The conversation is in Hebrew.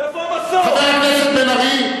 איפה, חבר הכנסת בן-ארי,